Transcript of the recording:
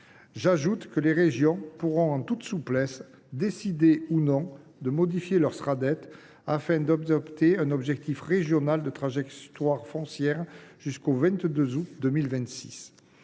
J’ajoute que les régions pourront, en toute souplesse, décider ou non de modifier leur Sraddet, afin d’adopter un objectif régional de trajectoire foncière jusqu’au 22 août 2026.